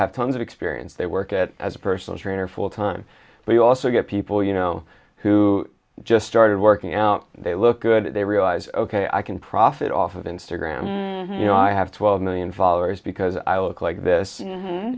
have tons of experience they work at as a personal trainer full time but you also get people you know who just started working out they look good they realize ok i can profit off of instagram you know i have twelve million followers because i look like this